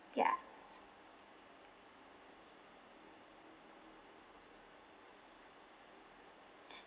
ya